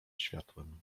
światłem